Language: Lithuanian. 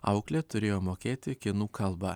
auklė turėjo mokėti kinų kalbą